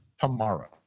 tomorrow